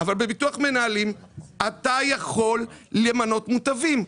אבל בביטוח מנהלים אתה יכול למנות מוטבים.